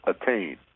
attain